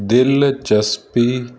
ਦਿਲਚਸਪੀ